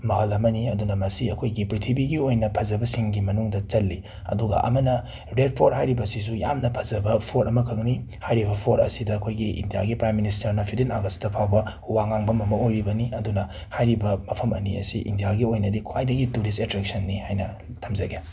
ꯃꯍꯜ ꯑꯃꯅꯤ ꯑꯗꯨꯅ ꯃꯁꯤ ꯑꯩꯈꯣꯏꯒꯤ ꯄ꯭ꯔꯤꯊꯤꯕꯤꯒꯤ ꯑꯣꯏꯅ ꯐꯖꯕꯁꯤꯡꯒꯤ ꯃꯅꯨꯡꯗ ꯆꯜꯂꯤ ꯑꯗꯨꯒ ꯑꯃꯅ ꯔꯦꯠ ꯐꯣꯔꯠ ꯍꯥꯏꯔꯤꯕꯁꯤꯁꯨ ꯌꯥꯝꯅ ꯐꯖꯕ ꯐꯣꯔꯠ ꯑꯃꯈꯛꯅꯤ ꯍꯥꯏꯔꯤꯕ ꯐꯣꯔꯠ ꯑꯁꯤꯗ ꯑꯩꯈꯣꯏꯒꯤ ꯏꯟꯗꯤꯌꯥꯒꯤ ꯄ꯭ꯔꯥꯏꯝ ꯃꯤꯅꯤꯁꯇꯔꯅ ꯐꯤꯐꯇꯤꯟ ꯑꯥꯒꯁꯇ ꯐꯥꯎꯕ ꯋꯥ ꯉꯥꯡꯕꯝ ꯑꯃ ꯑꯣꯏꯔꯤꯕꯅꯤ ꯑꯗꯨꯅ ꯍꯥꯏꯔꯤꯕ ꯃꯐꯝ ꯑꯅꯤ ꯑꯁꯤ ꯏꯟꯗꯤꯌꯥꯒꯤ ꯑꯣꯏꯅꯗꯤ ꯈ꯭ꯋꯥꯏꯗꯒꯤ ꯇꯨꯔꯤꯁ ꯑꯦꯇ꯭ꯔꯦꯛꯁꯟꯅꯤ ꯍꯥꯏꯅ ꯊꯝꯖꯒꯦ